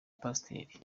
pasiteri